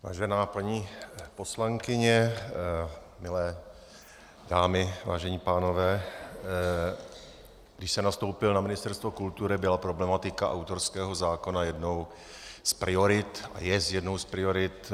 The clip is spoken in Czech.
Vážená paní poslankyně, milé dámy, vážení pánové, když jsem nastoupil na Ministerstvo kultury, byla problematika autorského zákona jednou z priorit a je jednou z priorit.